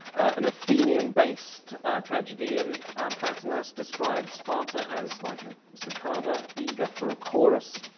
an athenian-based tragedian pratinas described sparta as like a cigada, eager for a chorus'.